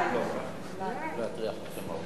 אני לא אטריח אתכם הרבה.